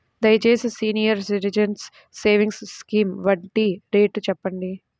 దయచేసి senior citizens savings scheme వడ్డీ rate చెప్పండి